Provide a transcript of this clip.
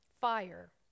fire